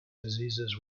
diseases